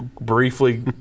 briefly